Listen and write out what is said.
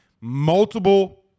Multiple